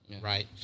right